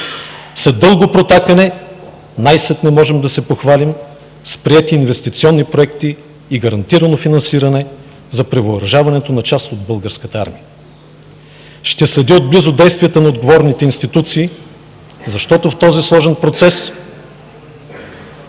След дълго протакане най-сетне можем да се похвалим с приети инвестиционни проекти и гарантирано финансиране за превъоръжаването на част от Българската армия. Ще следя отблизо действията на отговорните институции, защото в този сложен процес